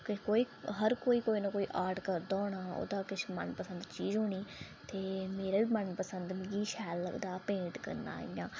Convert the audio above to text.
हर कोई कोई ना कोई आर्ट करदा ऐ किछ मन पसंद चीज होनी ते मेरा बी मन पसंद मिगी गी बी शैल लगदा पेंट करना